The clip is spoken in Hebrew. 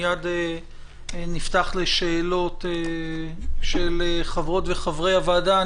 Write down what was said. מייד נפתח לשאלות של חברות וחברי הוועדה.